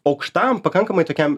aukštam pakankamai tokiam